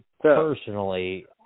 personally